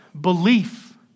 belief